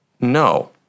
No